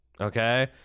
Okay